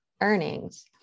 earnings